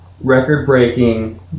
record-breaking